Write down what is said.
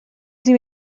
sie